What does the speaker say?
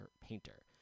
painter